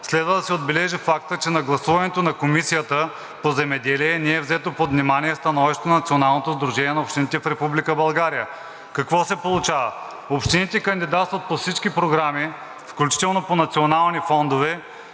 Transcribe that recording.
Следва да се отбележи фактът, че на гласуването на Комисията по земеделие не е взето под внимание становището на Националното сдружение на общините в Република България. Какво се получава? Общините кандидатстват по всички програми, включително по национални фондове,